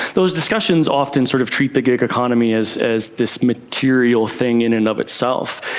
those discussions often sort of treat the gig economy as as this material thing in and of itself.